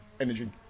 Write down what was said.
energy